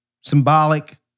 symbolic